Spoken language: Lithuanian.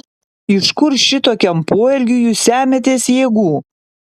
iš kur šitokiam poelgiui jūs semiatės jėgų